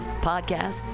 podcasts